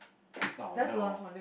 oh no